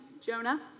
Jonah